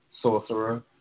Sorcerer